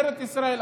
ארץ ישראל,